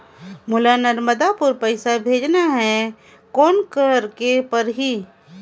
मोला नर्मदापुर पइसा भेजना हैं, कौन करेके परही?